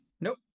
Nope